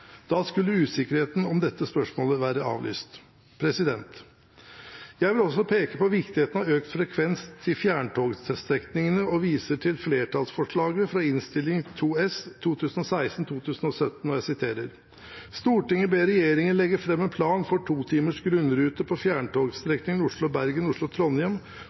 Da skulle usikkerheten om dette spørsmålet være avlyst. Jeg vil også peke på viktigheten av økt frekvens på fjerntogstrekningene, og viser til flertallsforslaget fra Innst. 2 S for 2016–2017, der Stortinget ber regjeringen: «Legge frem en plan for to timers grunnrute på